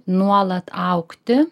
nuolat augti